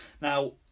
Now